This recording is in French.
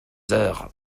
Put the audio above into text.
heures